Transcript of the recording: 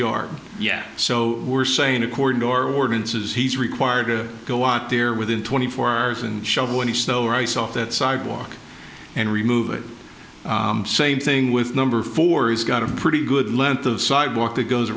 yard yet so we're saying according to your warden says he's required to go out there within twenty four hours and shovel any snow or ice off that sidewalk and remove it same thing with number four he's got a pretty good length of sidewalk that goes